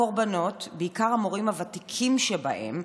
הקורבנות, בעיקר המורים הוותיקים שבהם,